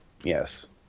Yes